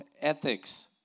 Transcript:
ethics